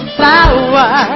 flower